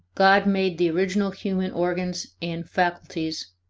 god made the original human organs and faculties,